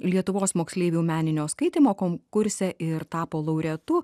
lietuvos moksleivių meninio skaitymo konkurse ir tapo laureatu